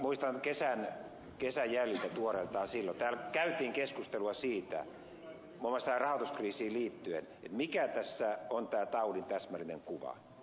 muistan kesän jäljiltä tuoreeltaan että täällä käytiin keskustelua siitä muun muassa tähän rahoituskriisiin liittyen mikä tässä on tämä taudin täsmällinen kuva